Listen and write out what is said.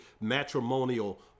matrimonial